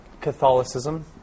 Catholicism